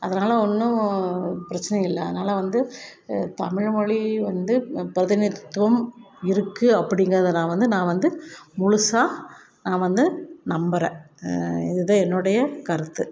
அதனால் ஒன்றும் பிரச்சின இல்லை அதனால் வந்து தமிழ்மொழி வந்து பிரதிநிதித்துவம் இருக்குது அப்படிங்கறத நான் வந்து நான் வந்து முழுசாக நான் வந்து நம்புறேன் இதுதான் என்னோடைய கருத்து